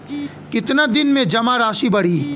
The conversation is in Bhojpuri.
कितना दिन में जमा राशि बढ़ी?